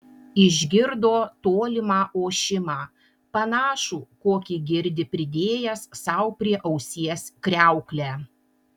išgirdo tolimą ošimą panašų kokį girdi pridėjęs sau prie ausies kriauklę